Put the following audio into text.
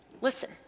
listen